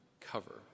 cover